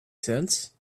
sense